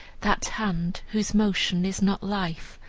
that hand, whose motion is not life,